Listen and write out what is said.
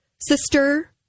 sister